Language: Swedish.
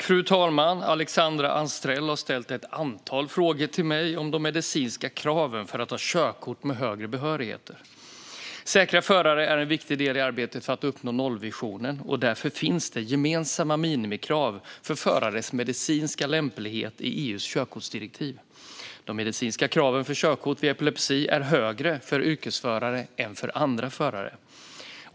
Fru talman! Alexandra Anstrell har ställt ett antal frågor till mig om de medicinska kraven för att ha körkort med högre behörigheter. Säkra förare är en viktig del av arbetet för att uppnå nollvisionen. Därför finns det gemensamma minimikrav för förares medicinska lämplighet i EU:s körkortsdirektiv. De medicinska kraven för körkort vid epilepsi är högre för yrkesförare än för andra förare.